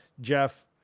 Jeff